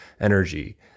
energy